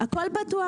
הכול פתוח.